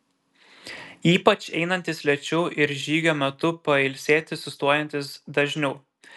ypač einantys lėčiau ir žygio metu pailsėti sustojantys dažniau